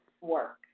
work